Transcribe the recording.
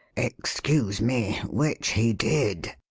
excuse me which he did.